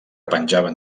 penjaven